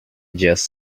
just